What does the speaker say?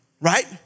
right